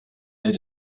need